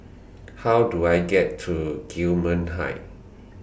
How Do I get to Gillman Heights